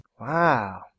Wow